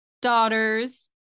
daughters